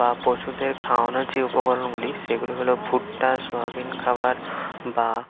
বা পশুদের খাওয়ানোর যে উপকরণগুলি সেগুলি হল ভুট্টা সয়াবিন খাবার বা